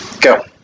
Go